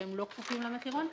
במקרה הזה,